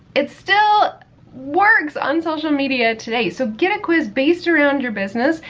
it still works on social media today. so, get a quiz based around your business,